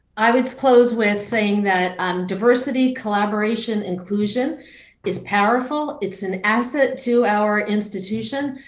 i would close with saying that um diversity, collaboration, inclusion is powerful. it's an asset to our institution.